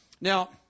Now